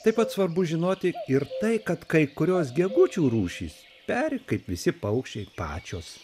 taip pat svarbu žinoti ir tai kad kai kurios gegučių rūšys peri kaip visi paukščiai pačios